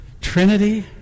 Trinity